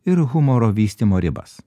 ir humoro vystymo ribas